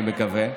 אני מקווה.